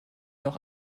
noch